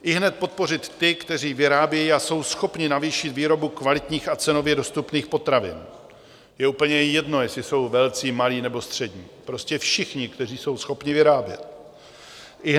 Ihned podpořit ty, kteří vyrábějí a jsou schopni navýšit výrobu kvalitních a cenově dostupných potravin, je úplně jedno, jestli jsou velcí, malí nebo střední, prostě všichni, kteří jsou schopni vyrábět.